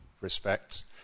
respects